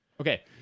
Okay